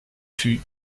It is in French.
fut